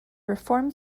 reform